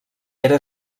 era